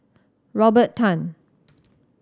Robert Tan